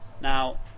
Now